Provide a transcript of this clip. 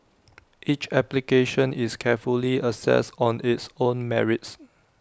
each application is carefully assessed on its own merits